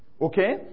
Okay